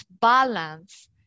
balance